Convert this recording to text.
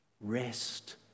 Rest